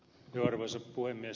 arvoisa puhemies